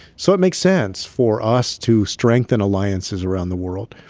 so it makes sense for us to strengthen alliances around the world